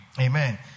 Amen